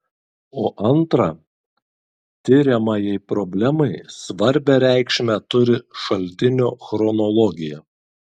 o antra tiriamajai problemai svarbią reikšmę turi šaltinio chronologija